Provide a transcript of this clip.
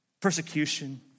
Persecution